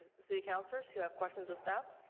city downers who have questions of staff?